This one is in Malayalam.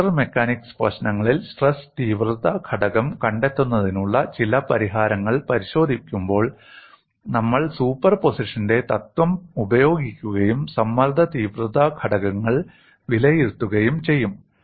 ഫ്രാക്ചർ മെക്കാനിക്സ് പ്രശ്നങ്ങളിൽ സ്ട്രെസ് തീവ്രത ഘടകം കണ്ടെത്തുന്നതിനുള്ള ചില പരിഹാരങ്ങൾ പരിശോധിക്കുമ്പോൾ നമ്മൾ സൂപ്പർപോസിഷന്റെ തത്വം ഉപയോഗിക്കുകയും സമ്മർദ്ദ തീവ്രത ഘടകങ്ങൾ വിലയിരുത്തുകയും ചെയ്യും